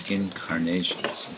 incarnations